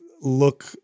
look